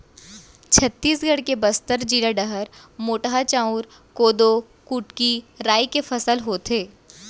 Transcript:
छत्तीसगढ़ के बस्तर जिला डहर मोटहा चाँउर, कोदो, कुटकी, राई के फसल होथे